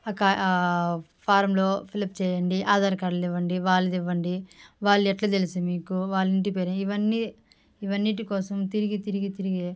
ఆ కాగి ఫార్మ్లు ఫిల్ అప్ చేయండి ఆధార్ కార్డులు ఇవ్వండి వాళ్ళది ఇవ్వండి వాళ్ళు ఎట్లా తెలుసు మీకు వాళ్ళ ఇంటి పేరు ఇవి అన్నింటి కోసం తిరిగి తిరిగి తిరిగి